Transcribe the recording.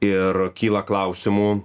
ir kyla klausimų